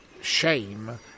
shame